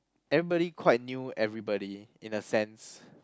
everybody quite knew everybody in a sense